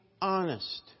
honest